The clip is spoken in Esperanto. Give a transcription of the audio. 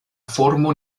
formo